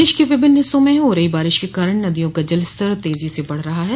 प्रदेश के विभिन्न हिस्सों म हो रही बारिश के कारण नदियों का जलस्तर तेजी से बढ़ रहा है